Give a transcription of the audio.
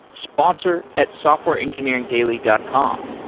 sponsor at softwareengineeringdaily dot com.